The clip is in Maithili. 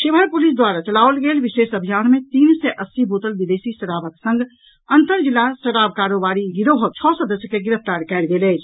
शिवहर पुलिस द्वारा चलाओल गेल विशेष अभियान मे तीन सय अस्सी बोतल विदेशी शराबक संग अंतर जिला शराब कारोबारी गिरोहक छओ सदस्य के गिरफ्तार कयल गेल अछि